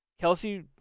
Kelsey